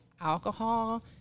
alcohol